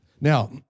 Now